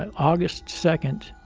and august second,